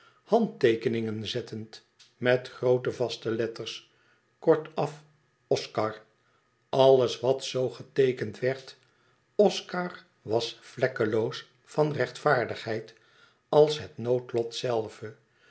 handteekeningen zettend met groote vaste letters kortaf oscar alles wat zoo geteekend werd oscar was vlekkeloos van rechtvaardigheid als het noodlot zelve